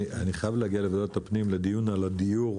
אני חייב להגיע לוועדת הפנים לדיון על הדיור.